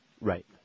Right